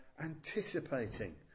anticipating